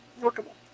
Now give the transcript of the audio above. workable